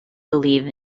believe